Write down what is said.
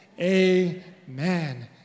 amen